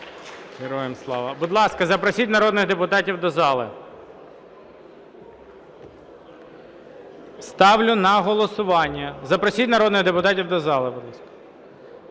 Будь ласка, запросіть народних депутатів до зали. Ставлю на голосування. Запросіть народних депутатів до зали, будь ласка.